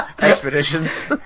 expeditions